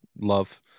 love